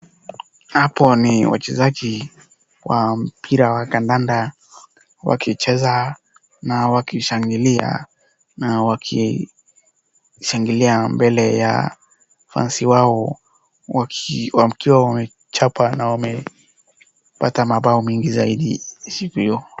Hapo ni wachezaji wa mpira wa kandanda wakicheza na wakishangilia mbele ya fans wao wakiwaambia wamechapa na wamepata mabao mengi zaidi siku hiyo.